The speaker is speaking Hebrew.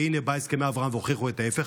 והינה באו הסכמי אברהם והוכיחו את ההפך,